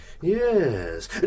Yes